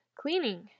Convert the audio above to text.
Cleaning